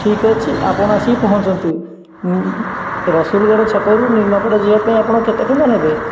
ଠିକ୍ ଅଛି ଆପଣ ଆସି ପହଞ୍ଚନ୍ତୁ ରସୁଲଗଡ଼ ଛକରୁ ନିମାପଡ଼ା ଯିବା ପାଇଁ ଆପଣ କେତେ ଟଙ୍କା ନେବେ